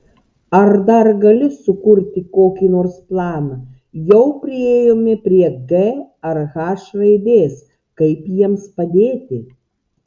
ar dar gali sukurti kokį nors planą jau priėjome prie g ar h raidės kaip jiems padėti